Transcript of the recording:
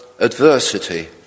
Adversity